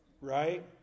right